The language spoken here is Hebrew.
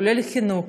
כולל חינוך,